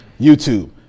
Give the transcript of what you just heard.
YouTube